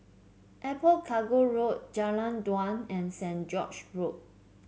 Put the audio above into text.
Airport Cargo Road Jalan Dua and Saint George Road